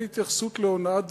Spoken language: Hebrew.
אין התייחסות להונאת דברים.